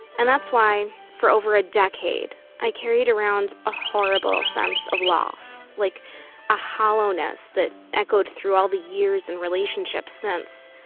and that's why, for over a decade, i carried around a horrible sense of loss, like a hollowness that echoed through all the years and relationships since.